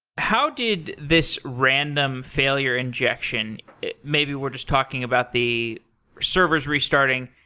how did this random failure injection maybe we're just talking about the servers restarting.